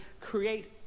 create